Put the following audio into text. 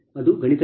ಅದು ಗಣಿತಶಾಸ್ತ್ರ